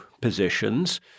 positions